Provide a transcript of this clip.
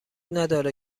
نداره